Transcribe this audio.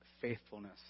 faithfulness